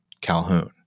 Calhoun